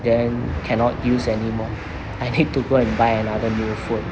then cannot use anymore I hate to go and buy another new phone